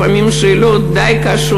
לפעמים שאלות די קשות,